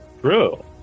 True